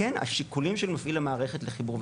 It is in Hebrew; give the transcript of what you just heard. כן השיקולים של מפעיל המערכת לחיבור,